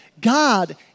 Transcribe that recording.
God